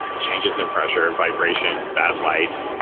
changes in pressure, vibration, bad light,